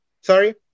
sorry